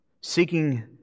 seeking